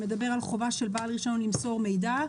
שמדבר על חובה של בעל רישיון למסור מידע.